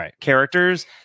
characters